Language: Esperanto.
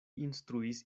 instruis